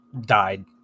died